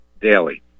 daily